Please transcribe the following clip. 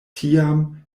tiam